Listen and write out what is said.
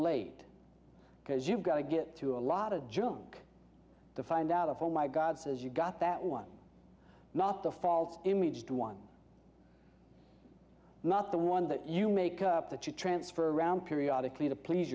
late because you've got to get through a lot of junk to find out for my god says you got that one not the fault in me just one not the one that you make up that you transfer around periodically to please